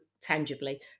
tangibly